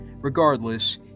Regardless